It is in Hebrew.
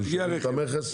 הוא משלם את המכס?